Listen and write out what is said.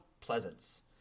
Pleasance